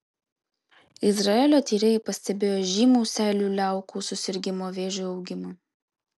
izraelio tyrėjai pastebėjo žymų seilių liaukų susirgimo vėžiu augimą